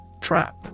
Trap